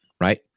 right